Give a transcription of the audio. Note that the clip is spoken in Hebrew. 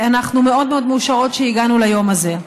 אנחנו מאוד מאושרות שהגענו ליום הזה.